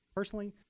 personally,